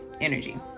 energy